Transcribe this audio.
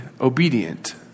obedient